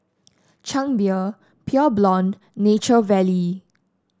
Chang Beer Pure Blonde Nature Valley